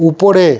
উপরে